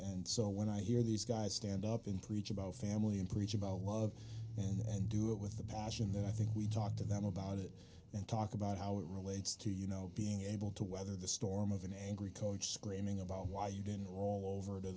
and so when i hear these guys stand up in preach about family and preach about love and do it with the passion that i think we talk to them about it and talk about how it relates to you know being able to weather the storm of an angry coach screaming about why you didn't roll over to